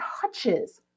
touches